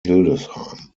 hildesheim